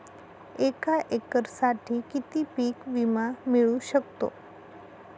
एका एकरसाठी किती पीक विमा मिळू शकतो?